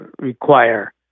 require